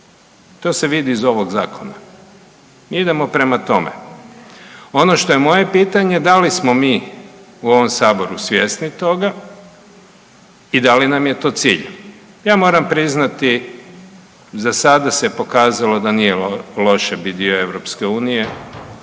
To se vidi iz ovog zakona. Mi idemo prema tome. Ono što je moje pitanje da li smo mi u ovom Saboru svjesni toga i da li nam je to cilj? Ja moram priznati, za sada se pokazalo da nije loše biti dio